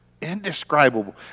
Indescribable